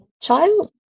child